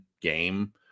game